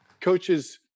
coaches